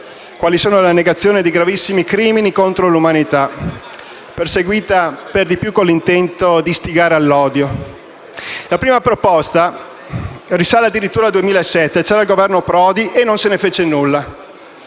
quali la negazione di gravissimi crimini contro l'umanità, proseguita per di più con l'intento di istigare all'odio. La prima proposta risale addirittura al 2007 (c'era il governo Prodi) e non se ne fece nulla.